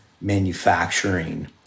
manufacturing